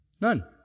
None